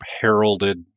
heralded